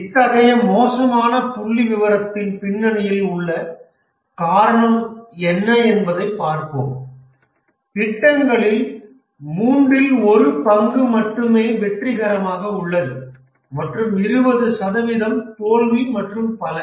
இத்தகைய மோசமான புள்ளிவிவரத்தின் பின்னணியில் உள்ள காரணம் என்ன என்பதைப் பார்ப்போம் திட்டங்களில் மூன்றில் ஒரு பங்கு மட்டுமே வெற்றிகரமாக உள்ளது மற்றும் 20 சதவிகிதம் தோல்வி மற்றும் பல